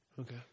Okay